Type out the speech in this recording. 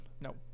No